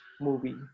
movie